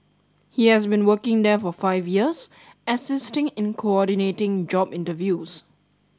he has been working there for five years assisting in coordinating job interviews